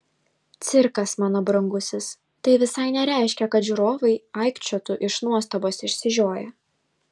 cirkas mano brangusis tai visai nereiškia kad žiūrovai aikčiotų iš nuostabos išsižioję